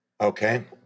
okay